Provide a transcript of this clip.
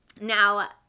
Now